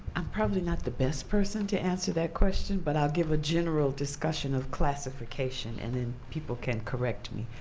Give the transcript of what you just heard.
i'm probably not the best person to answer that question, but i'll give a general discussion of classification, and then people can correct me.